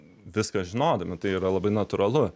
viską žinodami tai yra labai natūralu